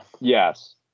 Yes